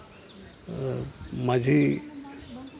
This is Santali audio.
ᱢᱟᱹᱡᱷᱤ